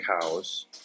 cows